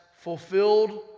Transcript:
fulfilled